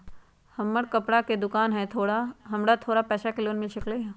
हमर कपड़ा के दुकान है हमरा थोड़ा पैसा के लोन मिल सकलई ह?